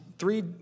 Three